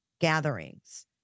gatherings